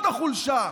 וזאת החולשה.